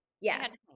Yes